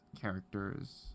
character's